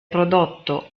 prodotto